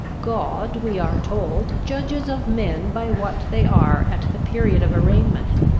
god, we are told, judges of men by what they are at the period of arraignment,